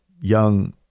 young